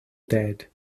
dead